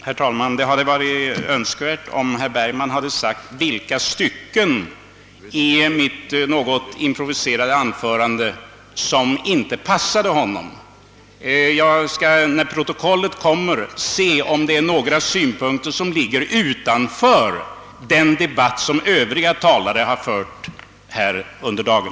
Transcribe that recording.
Herr talman! Det hade varit önskvärt om herr Bergman sagt vilka stycken i mitt något improviserade anförande som inte passade honom. Jag skall se efter i protokollet, när det föreligger, om det är några synpunkter som ligger utanför den debatt som de övriga talarna fört här under dagen.